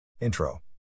Intro